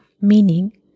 meaning